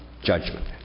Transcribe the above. judgment